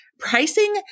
Pricing